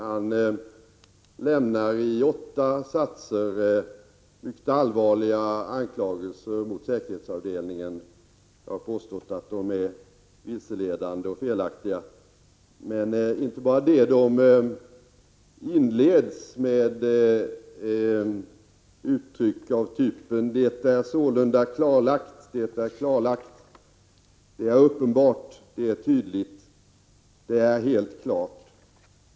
Han riktar där i åtta satser mycket allvarliga anklagelser mot säkerhetsavdelningen. Jag har påstått att dessa är vilseledande och felaktiga. Men det är inte nog med detta. Anklagelserna inleds med uttryck av typen ”det är sålunda klarlagt”, ”det är klarlagt”, ”det är uppenbart”, ”det är tydligt” och ”det är helt klart”.